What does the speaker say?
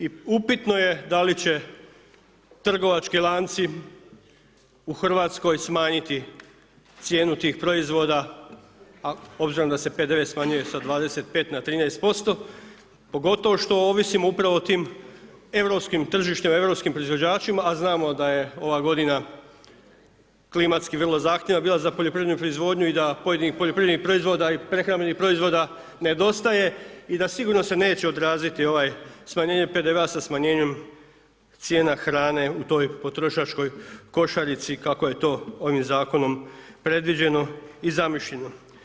I upitno je da li će trgovački lanci u Hrvatskoj smanjiti cijenu tih proizvoda a obzirom da se PDV smanjuje sa 25 na 13%, pogotovo što ovisimo upravo o tim europskim tržištima, europskim proizvođačima a znamo da je ova godina klimatski vrlo zahtjevna bila za poljoprivrednu proizvodnju i da, pojedinih poljoprivrednih proizvoda i prehrambenih proizvoda nedostaje i da sigurno se neće odraziti ovaj, smanjenje PDV-a sa smanjenjem cijena hrane u toj potrošačkoj košarici kako je to ovim zakonom predviđeno i zamišljeno.